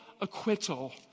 acquittal